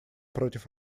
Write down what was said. против